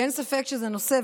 אין ספק שזה נושא,